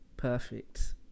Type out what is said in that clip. Perfect